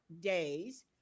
days